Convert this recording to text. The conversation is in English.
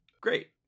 Great